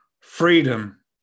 freedom